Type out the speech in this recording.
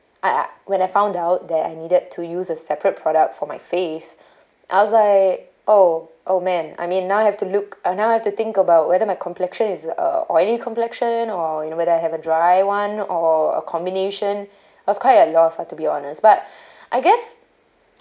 I when I found out that I needed to use a separate product for my face I was like oh oh man I mean now I have to look I now have to think about whether my complexion is uh oily complexion or you know whether I have a dry one or a combination was quite at loss to be honest but I guess